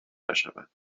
نشوند